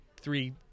three